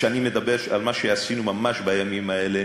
וכשאני מדבר על מה שעשינו ממש בימים האלה